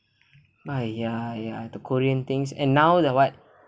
ah ya ya the korean things and now the what